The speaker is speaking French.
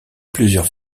plusieurs